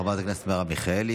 חברת הכנסת מרב מיכאלי,